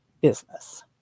business